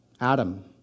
Adam